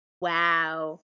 Wow